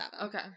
Okay